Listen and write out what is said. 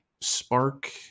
Spark